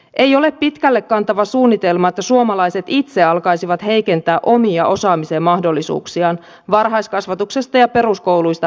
ei ole pitkälle kantava suunnitelma että suomalaiset itse alkaisivat heikentää omia osaamisen mahdollisuuksiaan varhaiskasvatuksesta ja peruskouluista lähtien